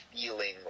feeling